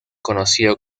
conocido